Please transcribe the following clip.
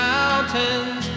Mountains